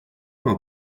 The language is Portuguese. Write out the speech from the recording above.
uma